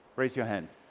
raise your hand.